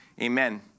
amen